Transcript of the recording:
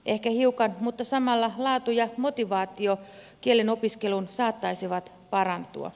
ehkä hiukan mutta samalla laatu ja motivaatio kielen opiskeluun saattaisivat parantua